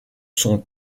sont